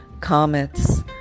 comets